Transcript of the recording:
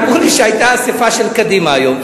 אמרו לי שהיתה אספה של קדימה היום,